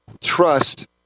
trust